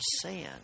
sand